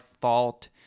fault